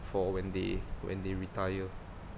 for when they when they retire